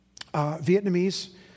Vietnamese